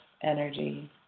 energy